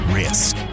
risk